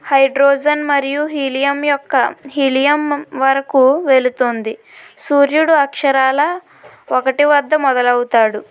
hydrogen మరియు helium యొక్క helium వరకు వెళుతుంది సూర్యుడు అక్షరాల ఒకటి వద్ద మొదలవుతాడు